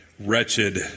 Wretched